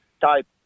type